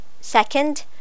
Second